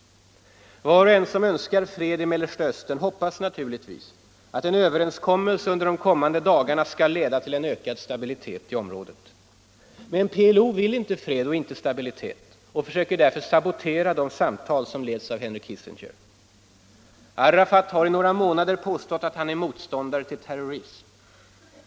Var och en som önskar fred i Mellersta Östern hoppas naturligtvis att en överenskommelse under de kommande dagarna skall leda till ökad stabilitet i området. Men PLO vill inte fred eller stabilitet och försöker därför sabotera de samtal som leds av Henry Kissinger. Arafat har under några månader påstått att han är motståndare till terrorism.